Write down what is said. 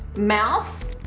mouse,